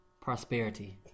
Prosperity